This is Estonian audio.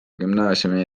gümnaasiumi